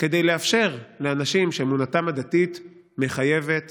כדי לאפשר לאנשים שאמונתם הדתית מחייבת